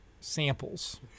samples